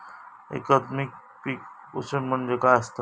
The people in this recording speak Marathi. एकात्मिक पीक पोषण म्हणजे काय असतां?